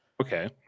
Okay